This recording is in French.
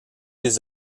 des